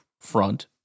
front